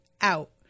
out